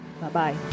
Bye-bye